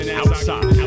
outside